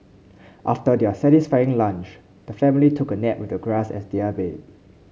after their satisfying lunch the family took a nap with the grass as their bed